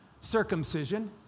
circumcision